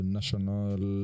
National